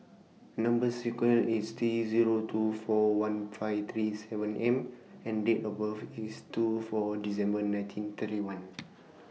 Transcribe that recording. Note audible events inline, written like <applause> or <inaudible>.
Number sequence IS T Zero two four one five three seven M and Date of birth IS two four December nineteen thirty one <noise>